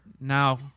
now